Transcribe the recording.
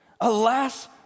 Alas